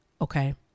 Okay